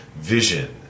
vision